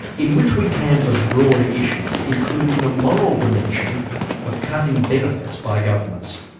in which we canvas broader issues, including the moral dimension of cutting benefits by governments.